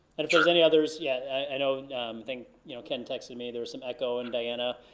and if there's any others, yeah i you know think you know ken texted me, there was some echo, and diana,